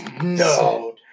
no